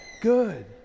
good